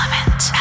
Element